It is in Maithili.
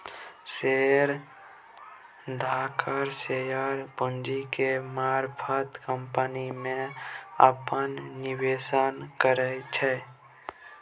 शेयर धारक शेयर पूंजी के मारफत कंपनी में अप्पन निवेश करै छै